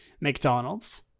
McDonald's